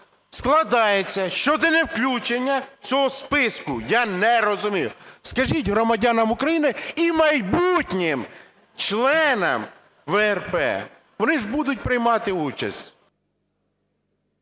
складається щодо невключення цього списку, я не розумію. Скажіть громадянам України і майбутнім членам ВРП, вони ж будуть приймати участь.